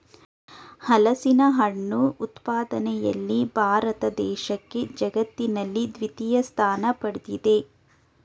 ಹಲಸಿನಹಣ್ಣು ಉತ್ಪಾದನೆಯಲ್ಲಿ ಭಾರತ ದೇಶಕ್ಕೆ ಜಗತ್ತಿನಲ್ಲಿ ದ್ವಿತೀಯ ಸ್ಥಾನ ಪಡ್ದಿದೆ